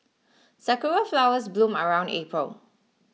sakura flowers bloom around April